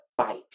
fight